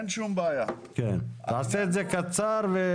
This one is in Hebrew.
לכל אחד יש שאיפות ורצונות.